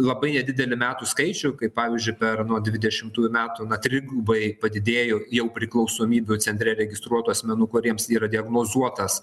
labai nedidelį metų skaičių kaip pavyzdžiui per dvidešimtųjų metų na trigubai padidėjo jau priklausomybių centre registruotų asmenų kuriems yra diagnozuotas